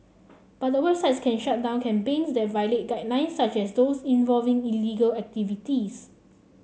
but the websites can shut down campaigns that violate guidelines such as those involving illegal activities